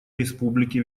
республики